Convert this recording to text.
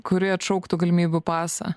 kuri atšauktų galimybių pasą